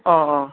অঁ অঁ